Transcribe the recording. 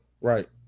right